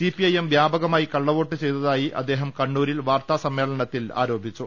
C P I M വ്യാപകമായി കള്ളവോട്ട് ചെയ്തതായി അദ്ദേഹം കണ്ണൂരിൽ വാർത്താസമ്മേളനത്തിൽ ആരോപിച്ചു